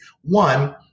one